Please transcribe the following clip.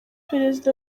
perezida